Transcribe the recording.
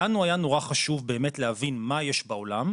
לנו היה נורא חשוב באמת להבין מה יש בעולם?